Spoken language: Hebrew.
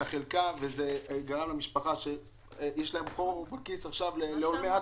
כדי לקנות את החלקה וזה גרם לכך שלמשפחה יש עכשיו חור בכיס לעולמי עד,